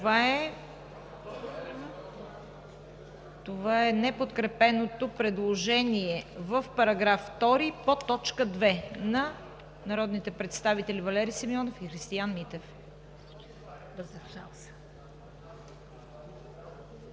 гласуване неподкрепеното предложение за § 2 по т. 2 на народните представители Валери Симеонов и Христиан Митев.